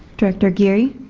director geary